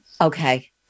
Okay